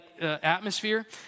atmosphere